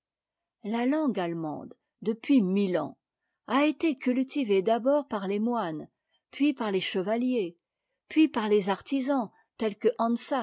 la langue allemande depuis mille ans a été cultivée d'abord par les moines puis par les chevaliers puis par les artisans tels que